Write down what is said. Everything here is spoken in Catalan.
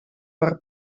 per